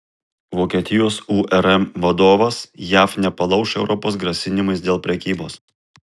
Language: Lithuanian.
vokietijos urm vadovas jav nepalauš europos grasinimais dėl prekybos